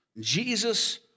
Jesus